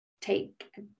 take